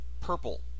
purple